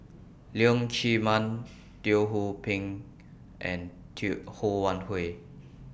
Leong Chee Mun Teo Ho Pin and Ho Wan Hui